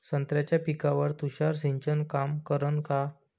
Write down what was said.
संत्र्याच्या पिकावर तुषार सिंचन काम करन का?